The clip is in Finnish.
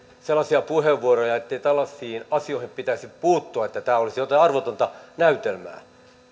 sellaisia puheenvuoroja ettei tällaisiin asioihin pitäisi puuttua että tämä olisi jotain arvotonta näytelmää